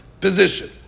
position